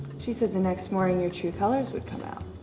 she said the next morning your true colors would come out.